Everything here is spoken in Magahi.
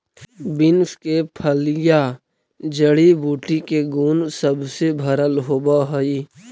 बींस के फलियां जड़ी बूटी के गुण सब से भरल होब हई